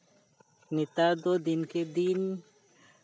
ᱱᱮᱛᱟᱨ ᱫᱚ ᱫᱤᱱ ᱠᱮ ᱫᱤᱱ